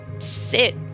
sit